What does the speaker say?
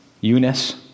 Eunice